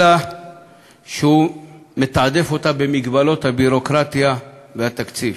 אלא שהוא מתעדף אותה במגבלות הביורוקרטיה והתקציב.